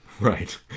Right